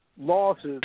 losses